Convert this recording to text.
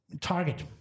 target